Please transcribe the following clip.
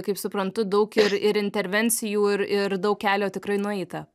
kaip suprantu daug ir ir intervencijų ir ir daug kelio tikrai nueita